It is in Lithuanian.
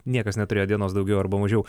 niekas neturėjo dienos daugiau arba mažiau